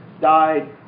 died